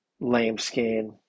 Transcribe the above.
lambskin